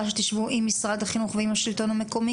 שתשבו עם משרד החינוך והשלטון המקומי?